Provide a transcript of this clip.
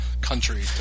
country